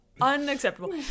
unacceptable